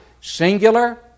Singular